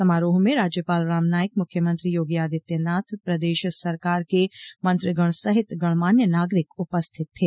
समारोह में राज्यपाल राम नाईक मुख्यमंत्री योगी आदित्यनाथ प्रदेश सरकार के मंत्रिगण सहित गणमान्य नागरिक उपस्थित थे